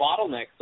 bottlenecks